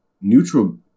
neutral